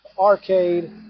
arcade